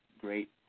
great